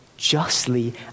justly